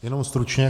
Jenom stručně.